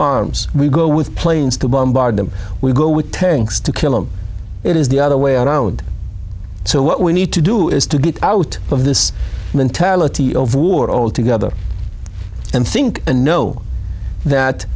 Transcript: arms we go with planes to bombard them we go with tanks to kill them it is the other way around so what we need to do is to get out of this mentality of war altogether and think and know that